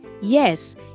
Yes